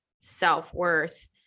self-worth